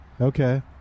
Okay